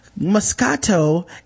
Moscato